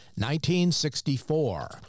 1964